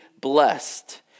blessed